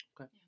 Okay